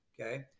okay